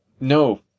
no